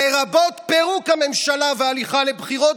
לרבות פירוק הממשלה והליכה לבחירות,